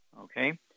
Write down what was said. Okay